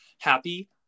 happy